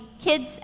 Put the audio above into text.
kids